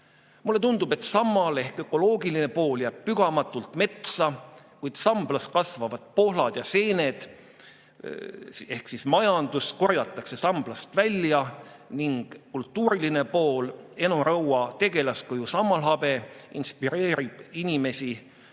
Mulle tundub, et sammal ehk ökoloogiline pool jääb pügamatult metsa, kuid samblast kasvavad pohlad ja seened ehk siis majandus korjatakse samblast välja ning kultuuriline pool, Eno Raua tegelaskuju Sammalhabe inspireerib inimesi